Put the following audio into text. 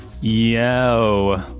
yo